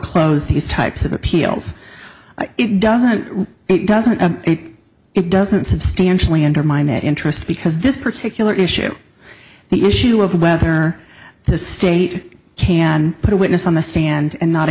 e these types of appeals it doesn't it doesn't it doesn't substantially undermine that interest because this particular issue the issue of whether or the state can put a witness on the stand and not